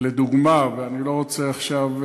לדוגמה, אני לא רוצה עכשיו,